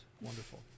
Wonderful